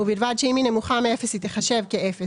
ובלבד שאם היא נמוכה מאפס היא תחשב כאפס,